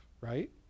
right